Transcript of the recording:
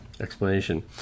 explanation